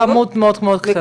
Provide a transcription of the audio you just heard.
בכמות מאוד מאוד נמוכה.